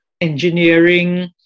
engineering